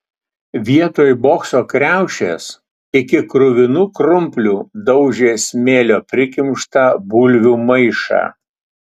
vietoj bokso kriaušės iki kruvinų krumplių daužė smėlio prikimštą bulvių maišą